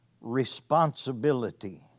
responsibility